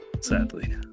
sadly